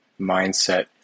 mindset